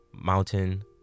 Mountain